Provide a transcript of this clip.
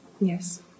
Yes